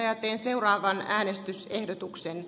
kantolan tekemää esitystä